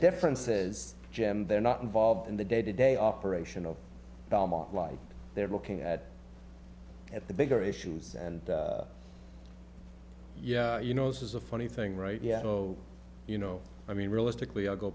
differences jim they're not involved in the day to day operation of belmont like they're looking at the bigger issues and yeah you know this is a funny thing right yeah so you know i mean realistically i go